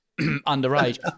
underage